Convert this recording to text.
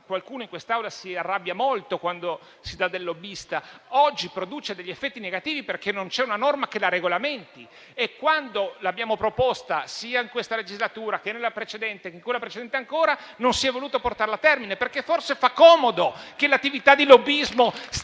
negativa. In quest'Aula ci si arrabbia molto quando si dà del lobbista a qualcuno. Oggi tale attività produce degli effetti negativi perché non c'è una norma che la regolamenti. E quando l'abbiamo proposta, sia in questa legislatura che nella precedente e in quella precedente ancora, non si è voluto portarla a termine, perché forse fa comodo che l'attività di lobbismo sia